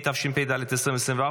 התשפ"ד 2024,